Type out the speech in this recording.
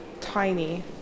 tiny